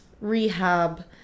rehab